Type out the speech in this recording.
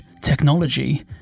technology